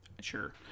Sure